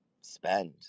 spend